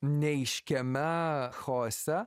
neaiškiame chaose